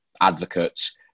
advocates